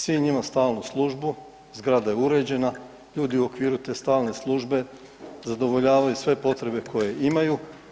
Sinj ima stalnu službu, zgrada je uređena, ljudi u okviru te stalne službe zadovoljavaju sve potrebe koje imaju.